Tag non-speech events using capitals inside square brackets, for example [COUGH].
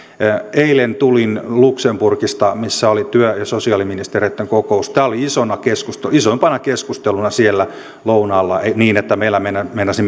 eilen tulin luxemburgista missä oli työ ja sosiaaliministereitten kokous tämä oli isoimpana keskusteluna siellä lounaalla niin että meillä meinasi [UNINTELLIGIBLE]